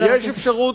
יש אפשרות,